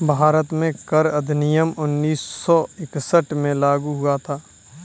भारत में कर अधिनियम उन्नीस सौ इकसठ में लागू हुआ था